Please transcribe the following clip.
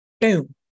Boom